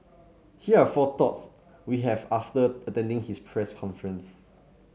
here are four thoughts we have after attending his press conference